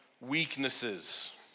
weaknesses